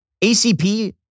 ACP